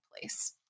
place